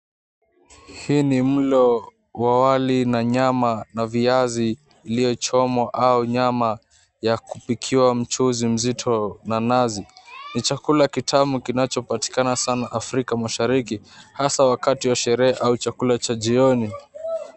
Hii ni mlo wa wali na nyama na viazi iliyochomwa au nyama ya kupikiwa mchuzi mzito na nazi. Ni chakula kitamu kinachopatikana sana Afrika Mashariki, hasa wakati wa sherehe au chakula cha jioni.